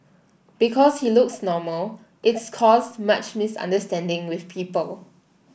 because he looks normal it's caused much misunderstanding with people